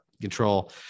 control